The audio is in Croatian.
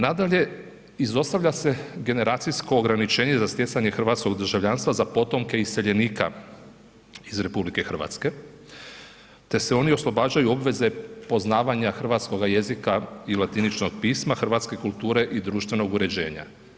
Nadalje, izostavlja se generacijsko ograničenje za stjecanje hrvatskog državljanstva za potomke iseljenika iz RH te se oni oslobađaju obveze poznavanja hrvatskog jezika i latiničnog pisma, hrvatske kulture i društvenog uređenja.